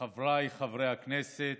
חבריי חברי הכנסת,